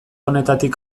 honetatik